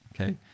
okay